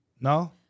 No